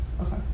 Okay